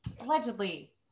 Allegedly